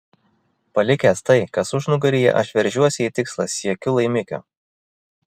palikęs tai kas užnugaryje aš veržiuosi į tikslą siekiu laimikio